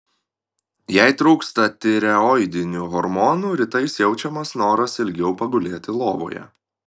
jei trūksta tireoidinių hormonų rytais jaučiamas noras ilgiau pagulėti lovoje